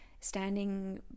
standing